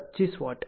25 vote